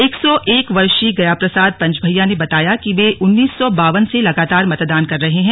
एक सौ एक वर्षीय गयाप्रसाद पंचभैया ने बताया कि वे उन्नीस सौ बावन से लगातार मतदान कर रहे हैं